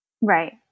Right